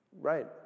Right